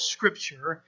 Scripture